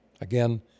Again